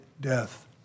death